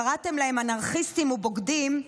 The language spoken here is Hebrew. קראתם להם אנרכיסטים ובוגדים,